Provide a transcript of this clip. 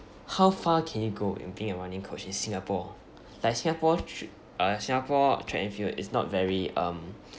how far can you go in being a running coach in singapore like singapore sh~ uh singapore track and field is not very um